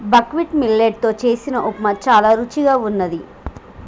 buckwheat millet తో చేసిన ఉప్మా చానా రుచిగా వున్నది